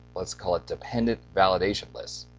let's call it dependent validation list.